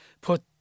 put